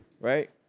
right